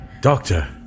Doctor